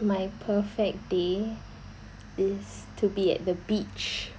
my perfect day is to be at the beach